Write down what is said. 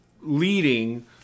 leading